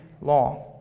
long